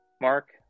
Mark